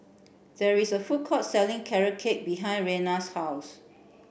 there is a food court selling carrot cake behind Rena's house